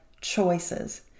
choices